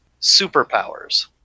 superpowers